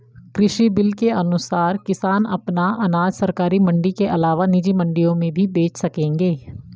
कृषि बिल के अनुसार किसान अपना अनाज सरकारी मंडी के अलावा निजी मंडियों में भी बेच सकेंगे